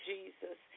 Jesus